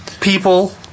People